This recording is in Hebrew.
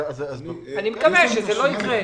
אני מקווה שזה לא יקרה.